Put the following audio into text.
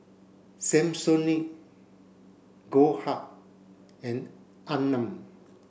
Samsonite Goldheart and Anmum